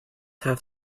have